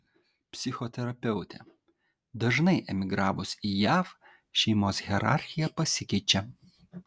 psichoterapeutė dažnai emigravus į jav šeimos hierarchija pasikeičia